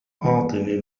أعطني